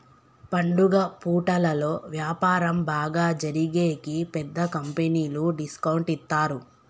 పండుగ పూటలలో వ్యాపారం బాగా జరిగేకి పెద్ద కంపెనీలు డిస్కౌంట్ ఇత్తారు